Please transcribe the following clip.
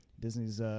Disney's